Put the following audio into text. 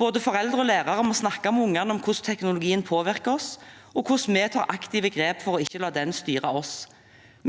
Både foreldre og lærere må snakke med ungene om hvordan teknologien påvirker oss, og hvordan vi aktivt tar grep for ikke å la den styre oss.